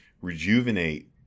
rejuvenate